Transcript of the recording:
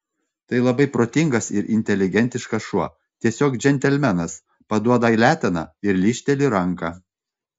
tai labai protingas ir inteligentiškas šuo tiesiog džentelmenas paduoda leteną ir lyžteli ranką